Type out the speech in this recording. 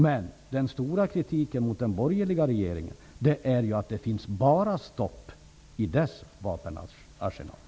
Men den stora kritiken mot den borgerliga regeringen gäller att det bara finns stopp i dess vapenarsenal.